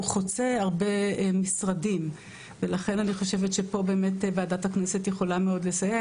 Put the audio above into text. הוא חוצה הרבה משרדים ולכן אני חושבת שפה באמת ועדת המדע יכולה לסייע.